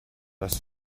das